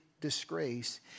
disgrace